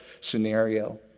scenario